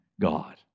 God